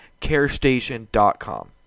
carestation.com